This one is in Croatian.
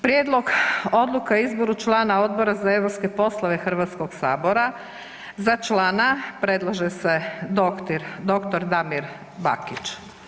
Prijedloge Odluke o izboru člana Odbora za europske poslove Hrvatskog sabora, za člana predlaže se dr. Damir Bakić.